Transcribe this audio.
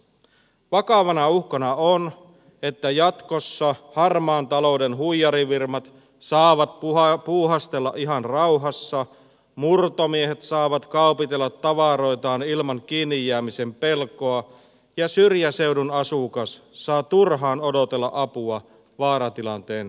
vakavana uhkana on että jatkossa harmaan talouden huijarifirmat saavat puuhastella ihan rauhassa murtomiehet saavat kaupitella tavaroitaan ilman kiinnijäämisen pelkoa ja syrjäseudun asukas saa turhaan odotella apua vaaratilanteen uhatessa